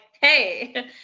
hey